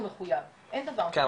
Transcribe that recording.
הוא מחויב כן,